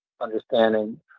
understanding